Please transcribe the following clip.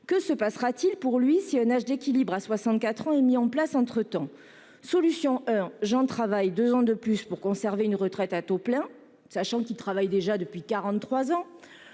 Que se passera-t-il pour lui si un âge d'équilibre à 64 ans est mis en place entre-temps ? Première solution, Jean travaille deux ans de plus pour conserver une retraite à taux plein, sachant qu'il travaille déjà depuis 43 ans.